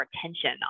attention